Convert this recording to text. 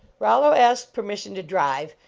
rollo asked permission to drive,